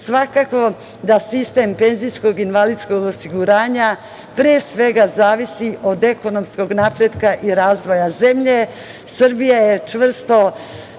da sistem penzijskog i invalidskog osiguranja, pre svega, zavisi od ekonomskog napretka i razvoja zemlje. Srbija je čvrsto